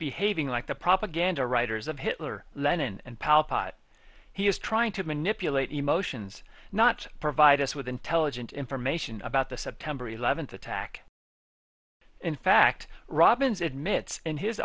behaving like the propaganda writers of hitler lenin and palpate he is trying to manipulate emotions not provide us with intelligent information about the september eleventh attack in fact robins admits in his